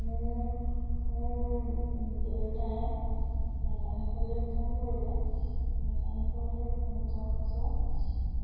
মোৰ মোৰ দেউতাই মেকানিকলে ফোন কৰিলে মেকানিকলে ফোন কৰাৰ পাছত